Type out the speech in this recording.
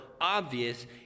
obvious